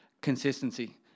consistency